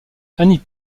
annie